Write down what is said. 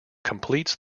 completes